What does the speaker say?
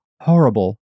horrible